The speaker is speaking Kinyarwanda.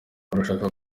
urashaka